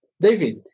David